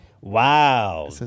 Wow